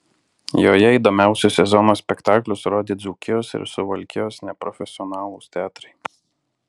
joje įdomiausius sezono spektaklius rodė dzūkijos ir suvalkijos neprofesionalūs teatrai